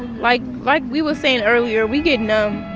like like we was saying earlier, we get numb